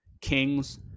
Kings